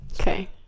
Okay